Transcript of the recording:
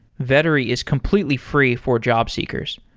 vettery is completely free for jobseekers.